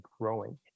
growing